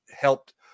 helped